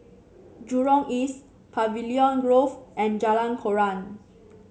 Jurong East Pavilion Grove and Jalan Koran